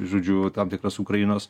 žodžiu tam tikras ukrainos